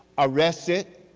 arrested,